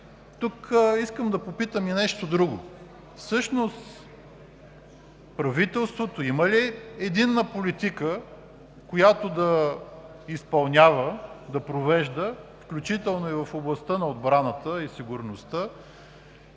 Тук искам да попитам и нещо друго. Всъщност правителството има ли единна политика, която да изпълнява, да провежда, включително и в областта на отбраната и сигурността,